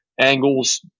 angles